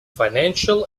financial